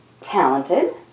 talented